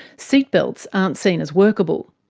seat belts aren't seen as workable.